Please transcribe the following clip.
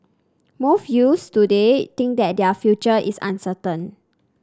most youths today think that their future is uncertain